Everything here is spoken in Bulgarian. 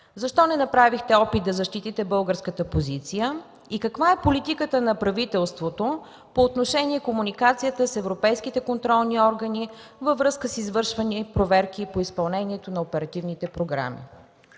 защо не направихте опит да защитите българската позиция и каква е политиката на правителството по отношение комуникацията с европейските контролни органи във връзка с извършвани проверки по изпълнението на оперативните програми?